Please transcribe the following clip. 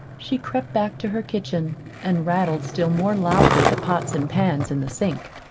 she crept back to her kitchen and rattled still more loudly the pots and pans in the sink.